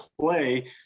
play